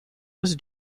was